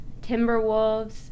Timberwolves